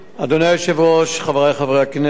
1 4. אדוני היושב-ראש, חברי חברי הכנסת,